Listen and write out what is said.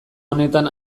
honetan